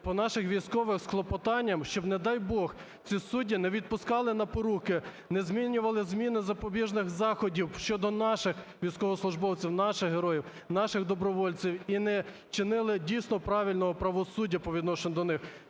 по наших військових з клопотанням, щоб, не дай Бог, ці судді не відпускали на поруки, не змінювали зміни запобіжних заходів щодо наших військовослужбовців, наших героїв, наших добровольців і не чинили дійсно правильного правосуддя по відношенню до них,